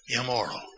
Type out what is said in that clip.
immoral